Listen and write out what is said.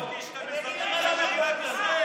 אני חשבתי שאתם אזרחים של מדינת ישראל, טוב.